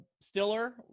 Stiller